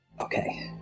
Okay